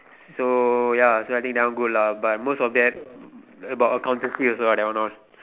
so ya so I think that one good lah but most of that about accountancy also ah that one all